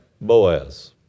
Boaz